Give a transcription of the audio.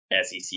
SEC